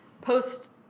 post